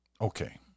okay